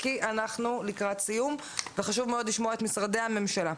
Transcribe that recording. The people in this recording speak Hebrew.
כי אנחנו לקראת סיום וחשוב מאוד לשמוע את משרדי הממשלה,